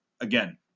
again